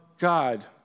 God